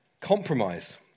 compromise